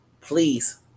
Please